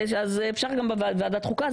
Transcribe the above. אפשר גם בוועדת החוקה.